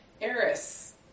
Eris